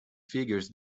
figures